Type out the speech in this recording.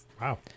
Wow